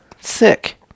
Sick